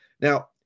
Now